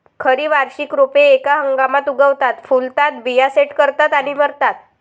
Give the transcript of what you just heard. खरी वार्षिक रोपे एका हंगामात उगवतात, फुलतात, बिया सेट करतात आणि मरतात